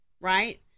right